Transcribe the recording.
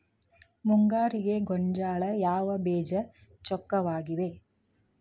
ಮುಂಗಾರಿಗೆ ಗೋಂಜಾಳ ಯಾವ ಬೇಜ ಚೊಕ್ಕವಾಗಿವೆ?